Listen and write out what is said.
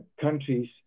countries